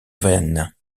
vaine